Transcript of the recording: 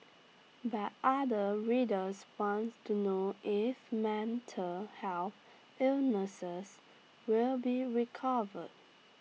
but other readers want to know if mental health illnesses will be recovered